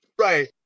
Right